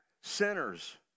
sinners